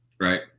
Right